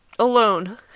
alone